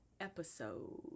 episode